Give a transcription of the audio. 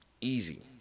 Easy